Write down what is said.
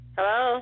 Hello